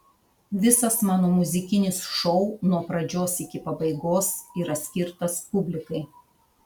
visas mano muzikinis šou nuo pradžios iki pabaigos yra skirtas publikai